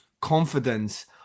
confidence